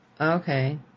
Okay